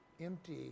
empty